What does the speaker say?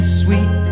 sweet